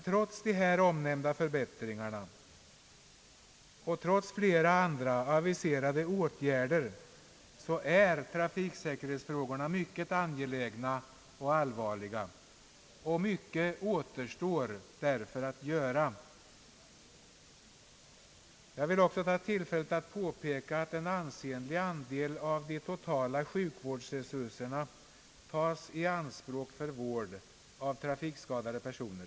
Trots de omnämnda förbättringarna och trots flera andra aviserade åtgärder är dock trafiksäkerhetsfrågorna mycket angelägna och allvarliga. Mycket återstår att göra. Jag vill ta tillfället i akt att påpeka att en ansenlig andel av de totala sjukvårdsresurserna tas i anspåk för vård av trafikskadade personer.